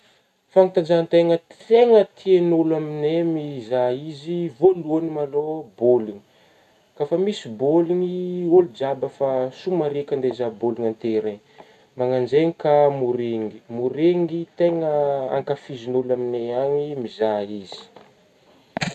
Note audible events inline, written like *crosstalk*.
Ya fanantanjahategna tegna tiagny olo amignay mizaha izy ,voalohagny ma lo baoligny ka fa misy baoligny olo jiaby efa soa ma re ka hande hijery baoligna amin'gna terrain managno zegny ka moringy, moringy tegna *hesitation* ankafizigny olo amignay agny mizaha izy.